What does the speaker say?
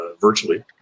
virtually